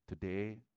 Today